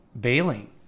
bailing